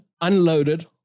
Unloaded